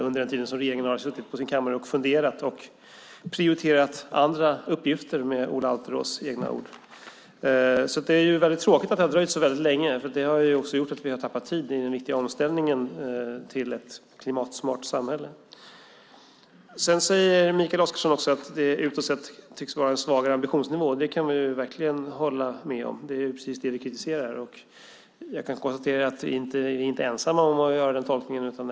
Under tiden har regeringen suttit på sin kammare och funderat och prioriterat andra uppgifter - Ola Alterås ord. Det är, som sagt, väldigt tråkigt att det har dröjt så länge. Därigenom har vi tappat tid för den viktiga omställningen till ett klimatsmart samhälle. Mikael Oscarsson säger att det utåt sett tycks vara en svagare ambitionsnivå. Det kan jag verkligen hålla med om. Det är precis det vi kritiserar. Jag kan konstatera att vi inte är ensamma om att göra den tolkningen.